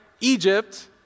Egypt